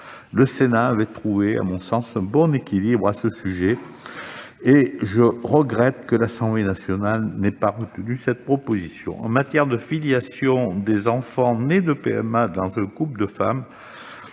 le Sénat avait trouvé un bon équilibre à ce sujet et je regrette que l'Assemblée nationale n'ait pas retenu cette proposition. En matière de filiation des enfants nés de PMA (procréation médicalement